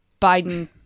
Biden